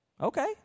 Okay